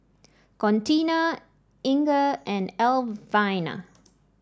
Contina Inga and Alvina